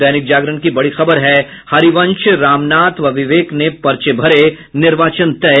दैनिक जागरण की बड़ी खबर है हरिवंश रामनाथ व विवेक ने पर्चे भरे निर्वाचन तय